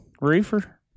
reefer